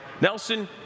Nelson